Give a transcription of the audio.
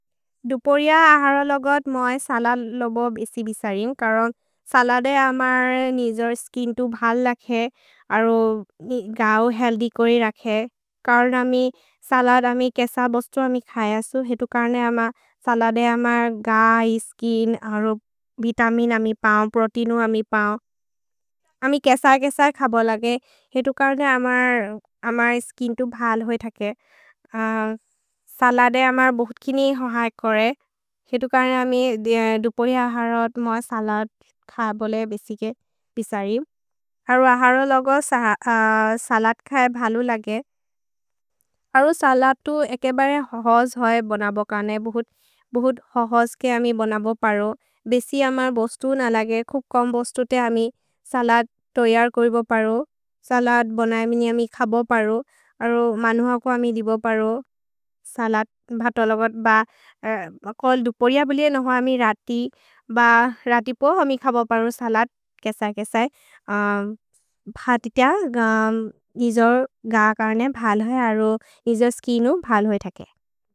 दुपोरिअ आहर लोगत् मा सलद् लोबो बेसि बिसरिम्, करोन् सलदे अमर् निजोर् स्किन् तु भल् लखे अरो गाउ हेल्दि कोरि रखे। करोन् अमि सलद्, अमि केसर् बोस्तु अमि खय सु, हेतु कर्ने अम सलदे अमर् गाइ स्किन्, अरो वितमिन् अमि पओ, प्रोतेइनु अमि पओ। अमि केसर् केसर् खब लगे, हेतु कर्ने अमर् स्किन् तु भल् होइ थके। सलदे अमर् बहुत् किनि होहै कोरे, हेतु कर्ने अमि दुपोरिअ आहर लोगत् मा सलद् खय बोले बेसि बिसरिम्। अरो आहर लोगत् सलद् खय भलो लगे, अरो सलद् तु एके बरे होहोज् होइ बनबो कर्ने, बहुत् होहोज् के अमि बनबो परो। भेसि अमर् बोस्तु न लगे, खुक्कोम् बोस्तु ते अमि सलद् तोयार् कर्बो परो। सलद् बनयमिनि अमि खब परो, अरो मनुह को अमि दिबो परो, सलद् भ तो लोगत् ब, कोल् दुपोरिअ बोले नहो अमि रति ब रति प अमि खब परो सलद् केसर् केसर्। भ्हतित निजोर् गाउ कर्ने भल् होइ, अरो निजोर् स्किनु भल् होइ थके।